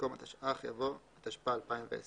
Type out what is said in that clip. במקום "התשע"ח-2017" יבוא "התשפ"א-2020".